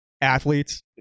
athletes